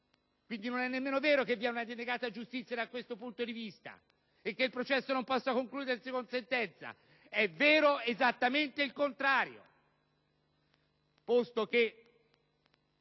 Quindi non è neppure vero che vi sia una denegata giustizia da questo punto di vista e che il processo non possa concludersi con sentenza: è vero esattamente il contrario, posto che